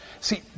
See